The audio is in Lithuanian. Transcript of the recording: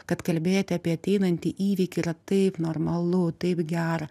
kad kalbėti apie ateinantį įvykį yra taip normalu taip gera